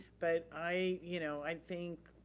but i, you know i think,